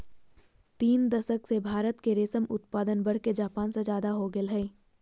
तीन दशक से भारत के रेशम उत्पादन बढ़के जापान से ज्यादा हो गेल हई